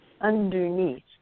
underneath